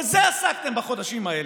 בזה עסקתם בחודשים האלה.